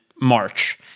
March